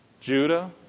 Judah